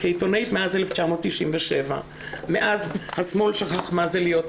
כעיתונאית מאז 1997. מאז השמאל שכח מה זה להיות יהודים,